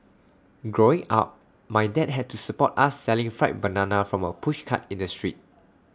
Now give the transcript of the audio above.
growing up my dad had to support us selling fried bananas from A pushcart in the street